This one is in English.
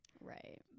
Right